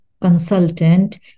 consultant